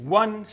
one